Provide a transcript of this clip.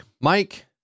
Mike